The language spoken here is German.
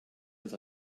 das